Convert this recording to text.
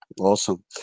Awesome